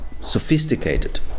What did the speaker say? sophisticated